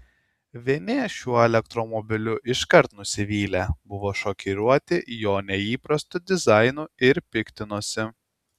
vieni šiuo elektromobiliu iškart nusivylė buvo šokiruoti jo neįprastu dizainu ir piktinosi